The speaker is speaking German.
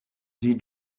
sie